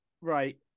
right